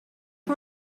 for